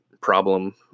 problem